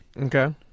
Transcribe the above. Okay